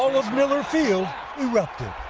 um of miller field erupted.